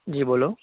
જી બોલો